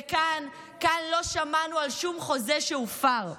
וכאן לא שמענו על שום חוזה שהופר.